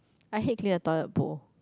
I hate clear the toilet bowl